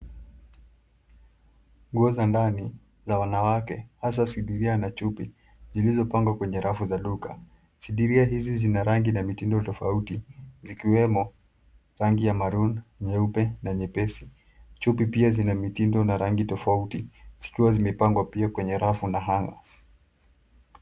Nguo za ndani za wanawake hasa sindiria na chupi zilizopangwa kwenye rafu za duka. Sindiria hizi zina rangi na mitindo tofauti zikiwemo rangi ya maroon ,nyeupe na nyepesi. Chupi pia zina mitindo na rangi tofauti zikiwa zimepangwa kwenye rafu pia na hangers .